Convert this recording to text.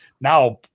now